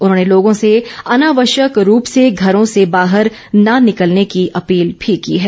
उन्होंने लोगों से अनावश्यक रूप से घरों से बाहर न निकलने की अपील भी की है